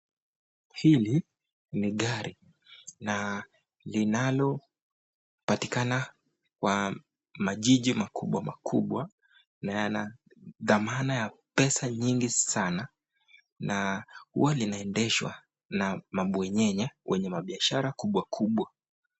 Hili ni gari na linalopatikana kwa majiji makubwa makubwa na yana thamana ya pesa nyingi sana na huwa linaendeshwa na mabwanyenye wenye mabiashara kubwa kubwa.